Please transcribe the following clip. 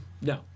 No